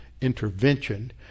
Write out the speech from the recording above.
intervention